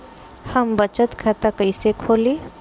हम बचत खाता कइसे खोलीं?